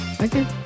Okay